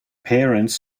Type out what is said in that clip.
parents